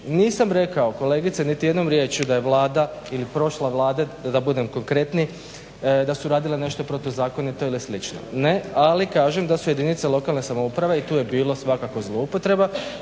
Nisam rekao kolegice niti jednom rječju da je Vlada ili prošla Vlada da budem konkretniji, da su radile nešto protuzakonito ili slično. Ne, ali kažem da su jedinice lokalne samouprave i tu je bilo svakako zloupotreba,